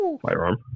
firearm